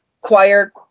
choir